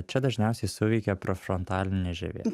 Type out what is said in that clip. čia dažniausiai suveikia prefrontalinė žievė